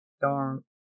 Darn